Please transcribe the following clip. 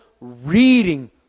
reading